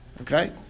okay